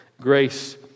Grace